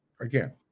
again